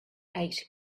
ate